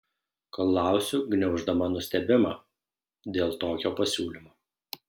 klausiu gniauždama nustebimą dėl tokio pasiūlymo